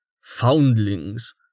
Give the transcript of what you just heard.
foundlings